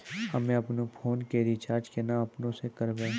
हम्मे आपनौ फोन के रीचार्ज केना आपनौ से करवै?